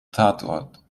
tatort